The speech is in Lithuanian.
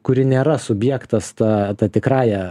kuri nėra subjektas ta ta tikrąja